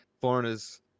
foreigners